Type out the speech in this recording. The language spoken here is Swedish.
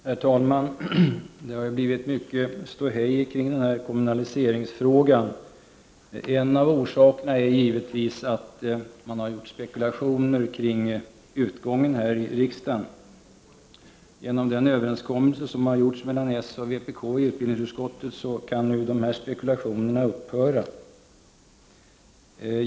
Herr talman! Det har blivit mycket ståhej i kommunaliseringsfrågan. En av orsakerna är givetvis att man har spekulerat om utgången här i riksdagen. Genom den överenskommelse som har träffats mellan socialdemokraterna och vpk i utbildningsutskottet kan spekulationerna nu upphöra.